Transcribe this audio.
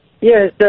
Yes